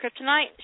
kryptonite